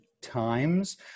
times